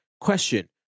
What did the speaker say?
question